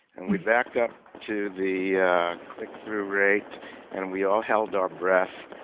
and we backed up to the click through rate and we all held our breath,